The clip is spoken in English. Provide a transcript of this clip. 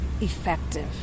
effective